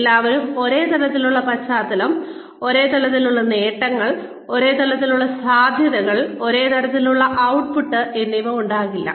എല്ലാവർക്കും ഒരേ തരത്തിലുള്ള പശ്ചാത്തലം ഒരേ തരത്തിലുള്ള നേട്ടങ്ങൾ ഒരേ തരത്തിലുള്ള സാധ്യതകൾ ഒരേ തരത്തിലുള്ള ഔട്ട്പുട്ട് എന്നിവ ഉണ്ടാകില്ല